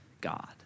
God